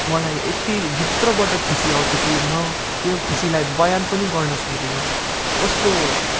मलाई यत्ति भित्रबट खुसी आउँथ्यो कि म त्यो खुसीलाई बयान पनि गर्न सक्दिनँ कस्तो